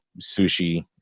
sushi